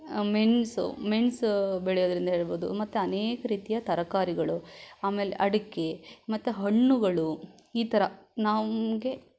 ಮೆಣಸು ಮೆಣಸು ಬೆಳೆಯೋದ್ರಿಂದ ಇರ್ಬೋದು ಮತ್ತು ಅನೇಕ ರೀತಿಯ ತರಕಾರಿಗಳು ಆಮೇಲೆ ಅಡಿಕೆ ಮತ್ತು ಹಣ್ಣುಗಳು ಈ ಥರ ನಮಗೆ